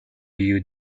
you